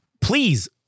please